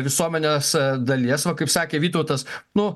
visuomenės dalies va kaip sakė vytautas nu